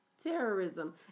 terrorism